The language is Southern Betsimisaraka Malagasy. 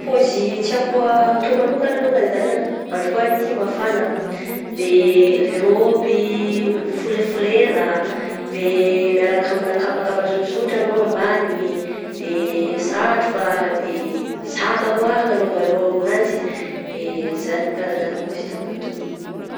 Pôzy tiako atao manokagna alongany zany ah, andro koa aty mafagna ah, de le rôby folefolera, de miaraka amigna kapapaka sosotra aloha ambany de satroka, de saka koa anaovanao aminanjy de zagny, kara zany pôzy tiako atao.